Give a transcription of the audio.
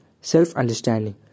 Self-understanding